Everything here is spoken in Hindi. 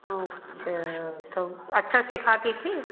अच्छा तो अच्छा सिखाती थी